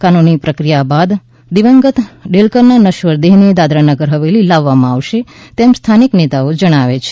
કાનૂની પ્રક્રિયા બાદ દિવંગત ડેલકરના નશ્વર દેહને દાદરા નગર હવેલી લાવવામાં આવશે તેમ સ્થાનિક નેતાઓ જણાવે છે